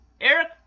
Eric